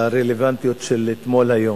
לרלוונטיות של אתמול היום.